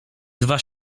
dwa